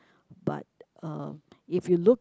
but uh if you look